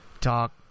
talk